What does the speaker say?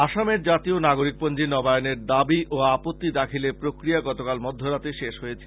আসামের জাতীয় নাগরীক পঞ্জী নবায়নের দাবী ও আপত্তি দাখিলের প্রক্রিয়া গতকাল মধ্য রাতে শেষ হয়েছে